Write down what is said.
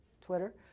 Twitter